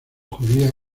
judía